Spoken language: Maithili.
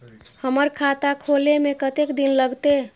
हमर खाता खोले में कतेक दिन लगते?